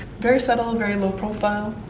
very subtle, very low profile,